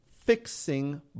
fixing